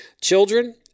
Children